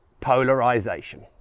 polarization